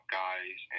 guys